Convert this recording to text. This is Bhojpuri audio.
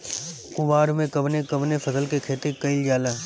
कुवार में कवने कवने फसल के खेती कयिल जाला?